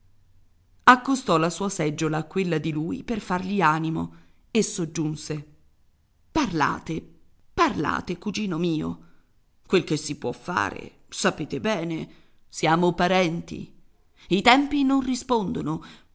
compassione accostò la sua seggiola a quella di lui per fargli animo e soggiunse parlate parlate cugino mio quel che si può fare sapete bene siamo parenti i tempi non rispondono